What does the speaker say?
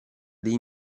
dei